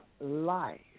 life